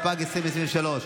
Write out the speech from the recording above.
התשפ"ג 2023,